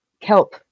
kelp